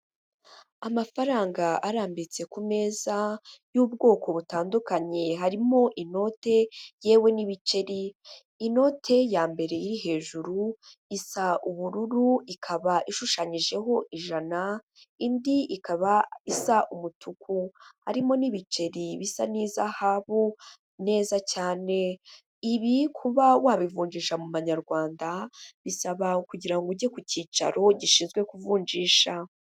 Amafaranga arambitse ku meza y'ubwoko butandukanye, harimo inote yewe n'ibiceri, inote ya mbere iri hejuru isa ubururu ikaba ishushanyijeho ijana, indi ikaba isa umutuku, harimo n'ibiceri bisa n'izahabu neza cyane, ibi kuba wabivunjisha mu manyarwanda bisaba kugira ngo ujye ku cyicaro gishinzwe kuvunjisha.